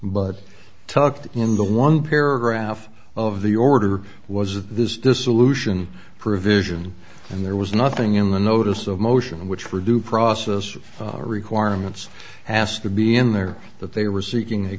tucked in the one paragraph of the order was this dissolution provision and there was nothing in the notice of motion which for due process requirements has to be in there that they were seeking a